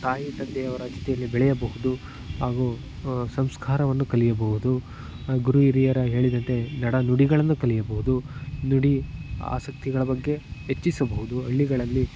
ತಾಯಿ ತಂದೆಯವರ ಜೊತೆಯಲ್ಲಿ ಬೆಳೆಯಬಹುದು ಹಾಗೂ ಸಂಸ್ಕಾರವನ್ನು ಕಲಿಯಬಹುದು ಗುರು ಹಿರಿಯರು ಹೇಳಿದಂತೆ ನಡೆ ನುಡಿಗಳನ್ನು ಕಲಿಯಬಹುದು ನುಡಿ ಆಸಕ್ತಿಗಳ ಬಗ್ಗೆ ಹೆಚ್ಚಿಸಬಹುದು ಹಳ್ಳಿಗಳಲ್ಲಿ